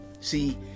See